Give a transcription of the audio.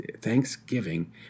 Thanksgiving